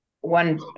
one